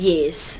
Yes